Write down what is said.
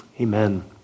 Amen